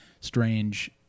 strange